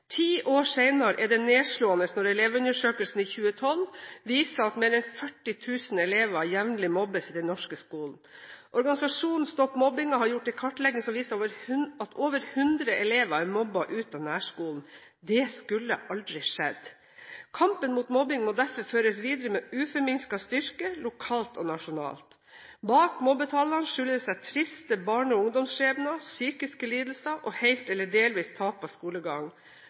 Ti år senere er det nedslående når Elevundersøkelsen 2012 viser at mer enn 40 000 elever jevnlig mobbes i den norske skolen. Organisasjonen Stopp Mobbingen har gjort en kartlegging som viser at over 100 elever er mobbet ut av nærskolen. Det skulle aldri ha skjedd. Kampen mot mobbing må derfor føres videre med uforminsket styrke, lokalt og nasjonalt. Bak mobbetallene skjuler det seg triste barne- og ungdomsskjebner, psykiske lidelser og helt eller delvis tap av skolegang.